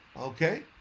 okay